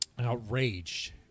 outraged